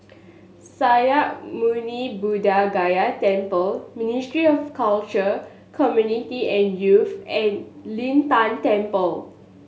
Sakya Muni Buddha Gaya Temple Ministry of Culture Community and Youth and Lin Tan Temple